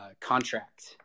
contract